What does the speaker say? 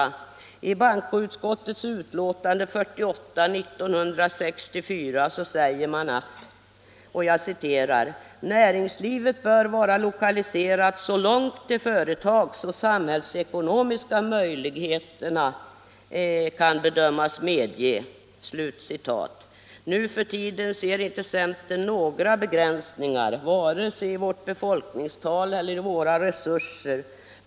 I reservation till bankoutskottets utlåtande 1964:48 sade man: ”Näringslivet bör vara lokaliserat så långt de företags och samhällsekonomiska möjligheterna kan bedömas medge.” Nu för tiden ser inte centern några begränsningar, vare sig i befolkningstal eller andra resurser.